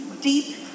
deep